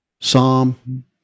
Psalm